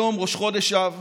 היום ראש חודש אב.